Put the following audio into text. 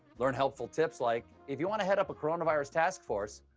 learn helpful tips like if you want to head up a coronovirus task force,